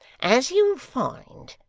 as you'll find.